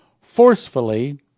Forcefully